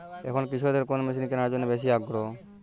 এখন কৃষকদের কোন মেশিন কেনার জন্য বেশি আগ্রহী?